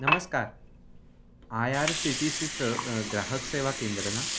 नमस्कार I R C T सीचं ग्राहक सेवा केंद्र ना